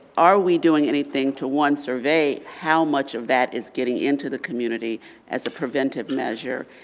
are we doing anything to one, survey how much of that is getting into the community as a preventive measure?